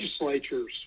legislatures